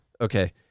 Okay